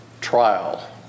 trial